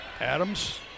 Adams